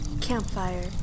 Campfire